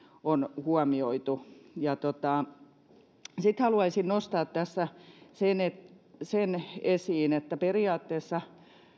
on huomioitu sitten haluaisin nostaa tässä esiin sen että periaatteessa